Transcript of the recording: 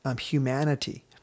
humanity